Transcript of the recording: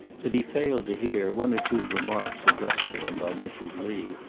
that he failed to hear one or two remarks addressed to him by mrs. lee,